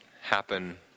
happen